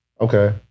Okay